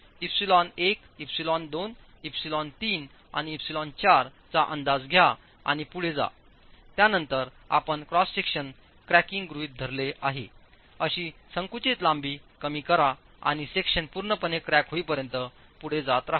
ε1 ε2 ε3 आणि ε4 चा अंदाज घ्या आणि पुढे जात्यानंतर आपण क्रॉस सेक्शन क्रॅकिंग गृहित धरले आहे अशी संकुचित लांबी कमी करा आणि सेक्शन पूर्णपणे क्रॅक होईपर्यंत पुढे जात रहा